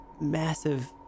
massive